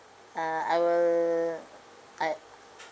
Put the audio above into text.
uh I will I